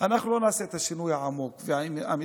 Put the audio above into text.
אנחנו לא נעשה את השינוי העמוק והאמיתי.